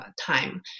time